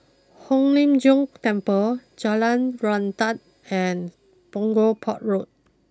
Hong Lim Jiong Temple Jalan Srantan and Punggol Port Road